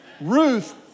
Ruth